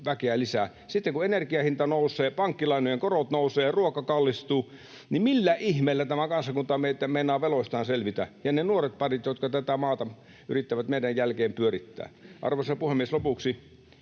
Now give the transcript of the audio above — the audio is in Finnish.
Sitten kun energian hinta nousee, pankkilainojen korot nousevat, ruoka kallistuu, niin millä ihmeellä tämä kansakunta ja ne nuoretparit, jotka tätä maata yrittävät meidän jälkeen pyörittää, meinaavat veloistaan